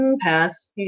Pass